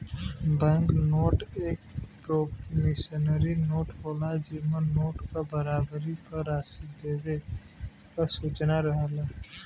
bank note एक promissory note होला जेमन नोट क बराबर क राशि देवे क सूचना रहेला